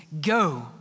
go